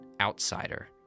outsider